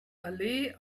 allee